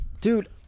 dude